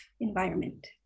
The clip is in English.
environment